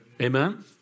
Amen